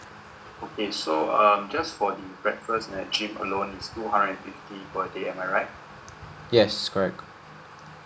yes correct